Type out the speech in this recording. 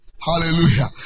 Hallelujah